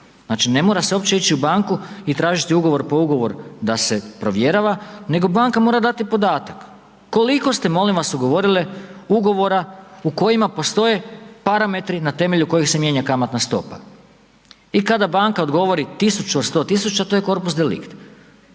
znači ne mora se uopće ići u banku i tražiti ugovor po ugovor da se provjerava, nego banka mora dati podatak, koliko ste molim vas ugovorile ugovora u kojima postoje parametri na temelju kojih se mijenja kamatna stopa i kada banka odgovori 1000 od 100 000, to je corpus delict.